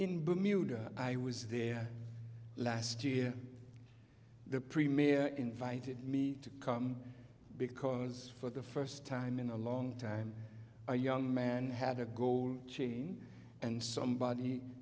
in bermuda i was there last year the premier invited me to come because for the first time in a long time a young man had a goal and somebody